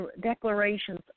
declarations